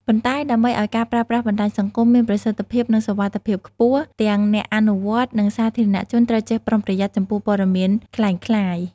ប៉ុន្តែដើម្បីឲ្យការប្រើប្រាស់បណ្តាញសង្គមមានប្រសិទ្ធភាពនិងសុវត្ថិភាពខ្ពស់ ទាំងអ្នកអនុវត្ត និងសាធារណជនត្រូវចេះប្រុងប្រយ័ត្នចំពោះព័ត៌មានក្លែងក្លាយ។